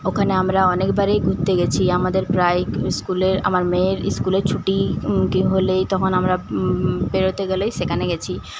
ওখানে আমরা অনেকবারই ঘুরতে গেছি আমাদের প্রায়ই স্কুলে আমার মেয়ের স্কুলে ছুটি হলেই তখন আমরা বেরোতে গেলেই সেখানে গেছি